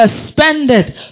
suspended